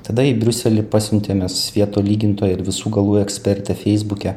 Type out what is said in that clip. tada į briuselį pasiuntėme svieto lygintoją ir visų galų ekspertę feisbuke